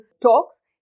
talks